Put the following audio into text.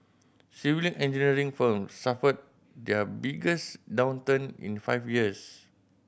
civil engineering firms suffered their biggest downturn in five years